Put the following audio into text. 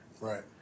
Right